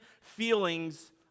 feelings